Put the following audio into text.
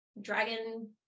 dragon